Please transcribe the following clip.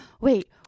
wait